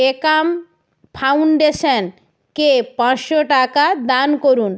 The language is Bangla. একাম ফাউন্ডেশনকে পাঁচশো টাকা দান করুন